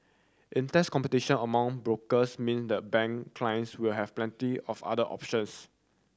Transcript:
intense competition among brokers mean the bank clients will have plenty of other options